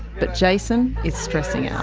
but jason is stressing out.